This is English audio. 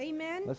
Amen